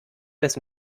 des